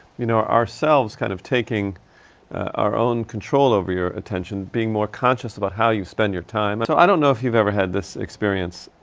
you know, ourselves kind of taking. ah our own control over your attention. being more conscious about how you spend your time. so i don't know if you've ever had this experience.